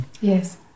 Yes